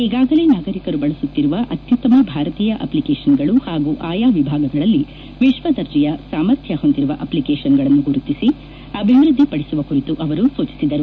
ಈಗಾಗಲೇ ನಾಗರಿಕರು ಬಳಸುತ್ತಿರುವ ಅತ್ಯುತ್ತಮ ಭಾರತೀಯ ಅಖ್ಲಿಕೇಷನ್ಗಳು ಹಾಗೂ ಆಯಾ ವಿಭಾಗಗಳಲ್ಲಿ ವಿಶ್ವ ದರ್ಜೆಯ ಸಾಮರ್ಥ್ವ ಹೊಂದಿರುವ ಅಷ್ಲಿಕೇಷನ್ಗಳನ್ನು ಗುರುತಿಸಿ ಅಭಿವೃದ್ದಿ ಪಡಿಸುವ ಕುರಿತು ಸೂಚಿಸಿದರು